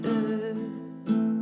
earth